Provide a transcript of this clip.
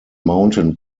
mountain